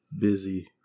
busy